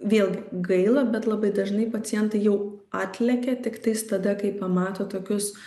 vėlgi gaila bet labai dažnai pacientai jau atlekia tiktais tada kai pamato tokius